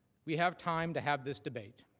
we have time to have this debate.